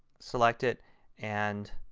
select it and